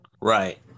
Right